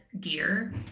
gear